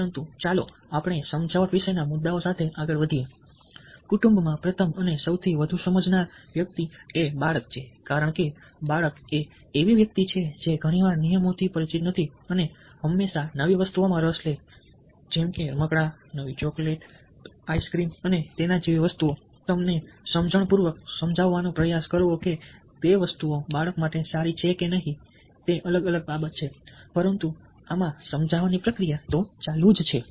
પરંતુ ચાલો આપણે સમજાવટ વિશેના મુદ્દાઓ સાથે આગળ વધીએ કુટુંબમાં પ્રથમ અને સૌથી વધુ સમજાવનાર વ્યક્તિ એ બાળક છે કારણ કે બાળક એવી વ્યક્તિ છે જે ઘણી વાર નિયમોથી પરિચિત નથી અને હંમેશા નવી વસ્તુઓમાં રસ લે છે જેમકે રમકડાં નવી ચોકલેટ્સ આઈસ્ક્રીમ અને તેના જેવી વસ્તુઓ તમને સમજણપૂર્વક સમજાવવાનો પ્રયાસ કરવો કે તે વસ્તુઓ બાળક માટે સારી છે કે નહીં તે એક અલગ બાબત છે પરંતુ આ સમજાવવાની પ્રક્રિયા ચાલુ છે